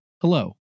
Hello